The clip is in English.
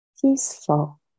peaceful